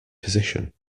position